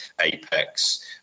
Apex